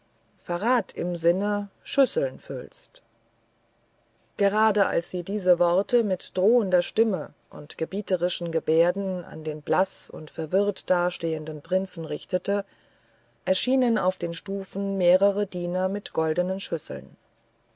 verrat im sinne schüsseln füllst gerade als sie diese worte mit drohender stimme und gebieterischen geberden an den blaß und verwirrt dastehenden prinzen richtete erschienen auf den stufen mehrere diener mit goldenen schüsseln